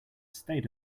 stayed